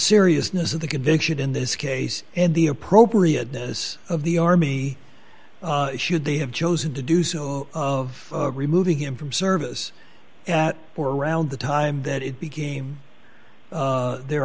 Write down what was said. seriousness of the conviction in this case and the appropriateness of the army should they have chosen to do so of removing him from service at or around the time that it became their